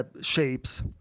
shapes